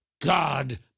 God